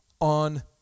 on